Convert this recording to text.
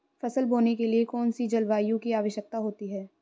फसल बोने के लिए कौन सी जलवायु की आवश्यकता होती है?